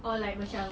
or like macam